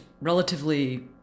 relatively